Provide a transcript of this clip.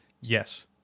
Yes